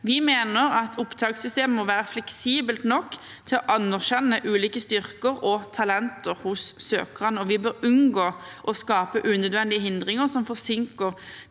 Vi mener at opptakssystemet må være fleksibelt nok til å anerkjenne ulike styrker og talenter hos søkerne, og vi bør unngå å skape unødvendige hindringer som forsinker